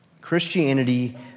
Christianity